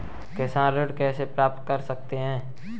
किसान ऋण कैसे प्राप्त कर सकते हैं?